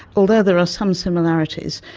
although there are some similarities,